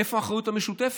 איפה האחריות המשותפת?